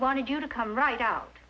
wanted you to come right out